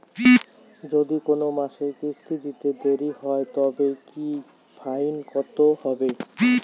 যদি কোন মাসে কিস্তি দিতে দেরি হয় তবে কি ফাইন কতহবে?